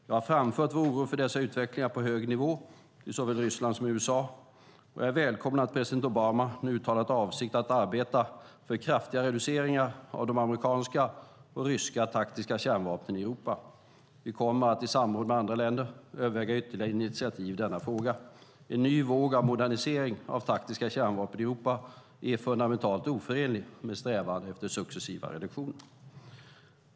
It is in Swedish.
Jag har framfört vår oro för dessa utvecklingar på hög nivå till såväl Ryssland som USA, och jag välkomnar att president Obama nu har uttalat avsikt att arbeta för kraftiga reduceringar av de amerikanska och ryska taktiska kärnvapnen i Europa. Vi kommer att, i samråd med andra länder, överväga ytterligare initiativ i denna fråga. En ny våg av modernisering av taktiska kärnvapen i Europa är fundamentalt oförenlig med strävan efter successiva reduktioner.